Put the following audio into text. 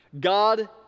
God